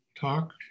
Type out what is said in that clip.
talk